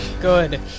Good